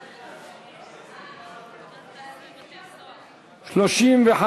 בתי-סוהר (מס' 48)